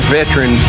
veteran